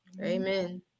Amen